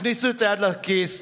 הכניסו את היד לכיס,